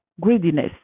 greediness